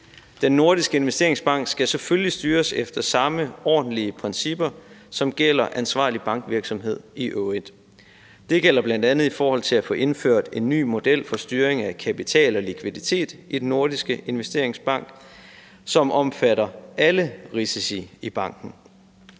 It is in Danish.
Den Nordiske Investeringsbank skal selvfølgelig styres efter samme ordentlige principper, som gælder ansvarlig bankvirksomhed i øvrigt. Det gælder bl.a. i forhold til at få indført en ny model for styring af kapital og likviditet i Den Nordiske Investeringsbank, som omfatter alle risici i banken,